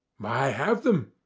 i have them,